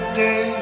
day